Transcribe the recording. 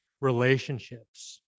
Relationships